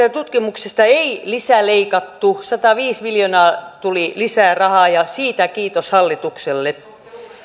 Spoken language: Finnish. ja tutkimuksesta ei lisää leikattu sataviisi miljoonaa tuli lisää rahaa ja siitä kiitos hallitukselle